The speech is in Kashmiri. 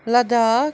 لداخ